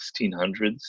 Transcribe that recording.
1600s